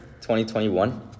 2021